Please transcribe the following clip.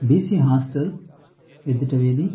BC hostel ఎదుట వీధి